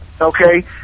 Okay